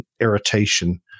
irritation